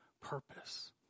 purpose